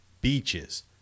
Beaches